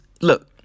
look